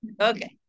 okay